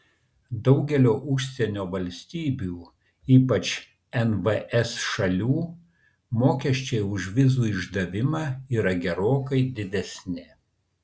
daugelio užsienio valstybių ypač nvs šalių mokesčiai už vizų išdavimą yra gerokai didesni